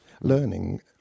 Learning